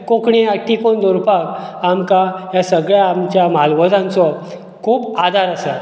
कोंकणी आज टिकोवन दवरपाक आमकां ह्या सगळ्या आमच्या म्हालवजांचो खूब आदार आसा